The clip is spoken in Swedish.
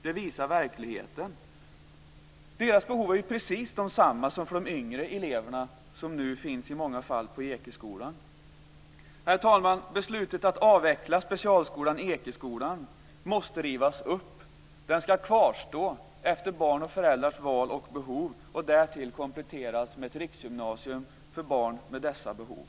Det visar verkligheten. Deras behov är ju precis de samma som för de yngre eleverna, som nu i många fall finns på Ekeskolan. Herr talman! Beslutet att avveckla specialskolan Ekeskolan måste rivas upp. Den ska kvarstå i enlighet med barns och föräldrars val och behov och därtill kompletteras med ett riksgymnasium för barn med dessa behov.